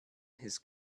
his